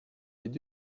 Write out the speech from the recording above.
did